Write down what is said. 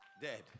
dead